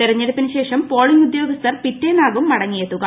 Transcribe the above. തെരഞ്ഞെടുപ്പിന് ശേഷം പ്പോളിംഗ് ഉദ്യോഗസ്ഥർ പിറ്റേന്നാകും മടങ്ങിയെത്തുക